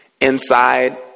inside